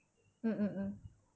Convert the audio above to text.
mm mm mm